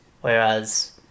Whereas